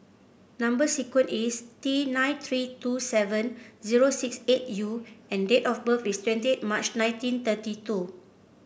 number sequence is T nine three two seven zero six eight U and date of birth is twenty March nineteen thirty two